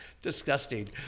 disgusting